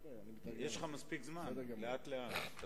יש לך מספיק זמן, לאט לאט.